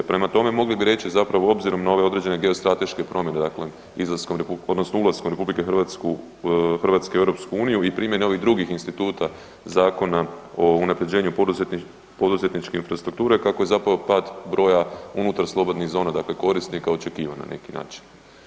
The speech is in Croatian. Prema tome, mogli bi reći obzirom na ove određene geostrateške promjene, dakle izlaskom odnosno ulaskom RH u EU i primjene ovih drugih instituta Zakona o unapređenju poduzetničke infrastrukture kako je zapravo pad broja unutar slobodnih zona dakle korisnika očekivan na neki način.